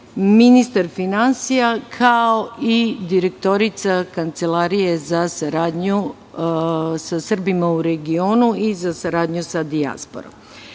ministar finansija kao i direktorica Kancelarije za saradnju sa Srbima u regionu i za saradnju sa dijasporom. Naime,